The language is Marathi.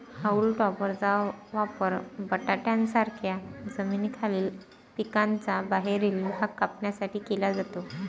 हाऊल टॉपरचा वापर बटाट्यांसारख्या जमिनीखालील पिकांचा बाहेरील भाग कापण्यासाठी केला जातो